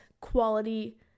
quality